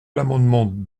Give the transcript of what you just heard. l’amendement